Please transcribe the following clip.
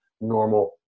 normal